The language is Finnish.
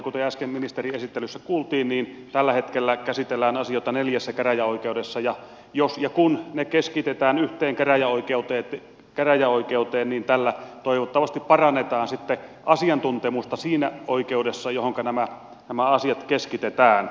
kuten äsken ministerin esittelystä kuultiin tällä hetkellä käsitellään asioita neljässä käräjäoikeudessa ja jos ja kun ne keskitetään yhteen käräjäoikeuteen niin tällä toivottavasti parannetaan sitten asiantuntemusta siinä oikeudessa johonka nämä asiat keskitetään